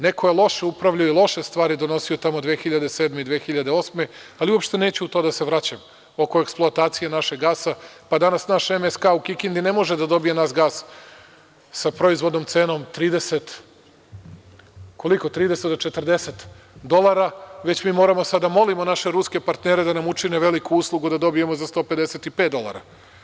Neko je loše upravljao i loše stvari donosio tamo 2007. i 2008. godine, ali uopšte neću na to da se vraćam, oko eksploatacije našeg gasa, pa danas naš MSK u Kikindi ne može da dobije naš gas sa proizvodnom cenom 30 do 40 dolara, već mi moramo sada da molimo naše ruske partnere da nam učine veliku uslugu da dobijemo za 155 dolara.